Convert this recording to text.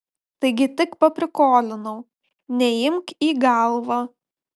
taigi tik paprikolinau neimk į galvą